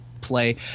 play